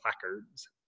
placards